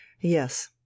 Yes